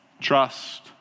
trust